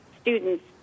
students